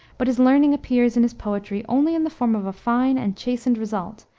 but his learning appears in his poetry only in the form of a fine and chastened result,